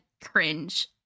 cringe